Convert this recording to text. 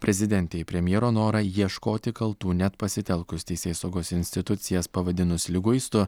prezidentei į premjero norą ieškoti kaltų net pasitelkus teisėsaugos institucijas pavadinus liguistu